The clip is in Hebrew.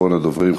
אחרון הדוברים,